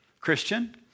Christian